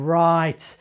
right